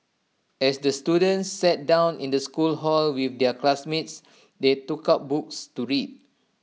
as the students sat down in the school hall with their classmates they took out books to read